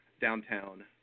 downtown